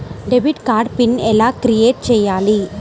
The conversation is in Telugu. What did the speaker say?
డెబిట్ కార్డు పిన్ ఎలా క్రిఏట్ చెయ్యాలి?